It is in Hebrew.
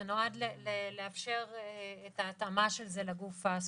זה נועד לאפשר את ההתאמה של זה לגוף הספציפי.